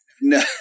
No